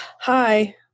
hi